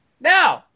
Now